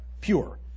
pure